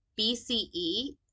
BCE